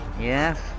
Yes